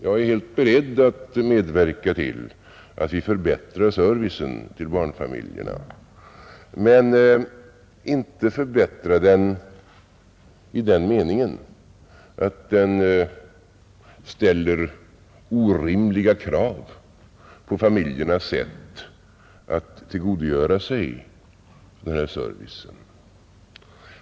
Jag är helt beredd att medverka till att vi förbättrar servicen till barnfamiljerna men inte i den meningen att den ställer orimliga krav på familjernas sätt att tillgodogöra sig den här servicen.